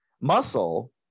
muscle